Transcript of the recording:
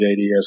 JDS